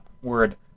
word